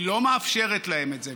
היא לא מאפשרת להם את זה,